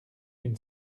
une